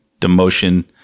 demotion